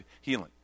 healing